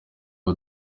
uwo